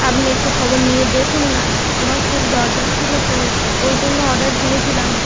আপনি একটু খবর নিয়ে দেখুন না আমার খুব দরকার ছিল খুব ঐ জন্য অর্ডার দিয়েছিলাম